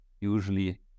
usually